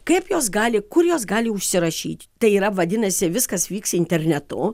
kaip jos gali kur jos gali užsirašyti tai yra vadinasi viskas vyks internetu